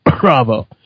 Bravo